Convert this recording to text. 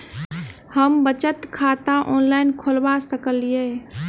हम बचत खाता ऑनलाइन खोलबा सकलिये?